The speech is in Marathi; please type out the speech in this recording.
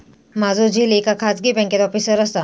माझो झिल एका खाजगी बँकेत ऑफिसर असा